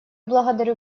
благодарю